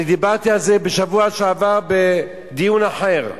דיברתי על זה בשבוע שעבר בדיון אחר,